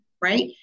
right